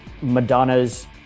Madonna's